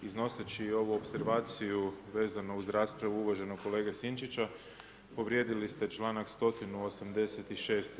Iznoseći ovu opservaciju vezano uz raspravu uvaženog kolege Sinčića, povrijedili ste čl. 186.